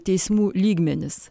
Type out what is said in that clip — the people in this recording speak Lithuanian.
teismų lygmenis